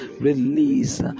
release